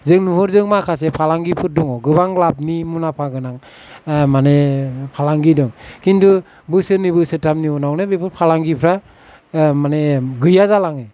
जों नुहुरदों माखासे फालांगिफोर दङ गोबां लाबनि मुलाम्फा गोनां माने फालांगि दं किन्तु बोसोरनै बोसोरथामनि उनावनो बेफोर फालांगिफोरा माने गैया जालाङो